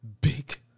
big